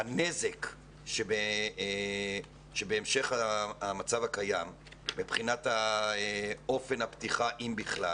הנזק שבהמשך המצב הקיים מבחינת אופן הפתיחה,